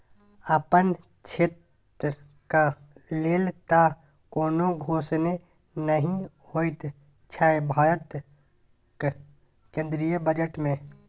अपन क्षेत्रक लेल तँ कोनो घोषणे नहि होएत छै भारतक केंद्रीय बजट मे